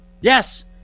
Yes